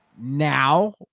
now